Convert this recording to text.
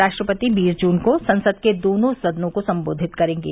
राष्ट्रपति बीस जुन को संसद के दोनों सदनों को सम्बोधित करेंगे